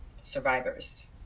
survivors